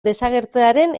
desagertzearen